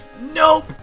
Nope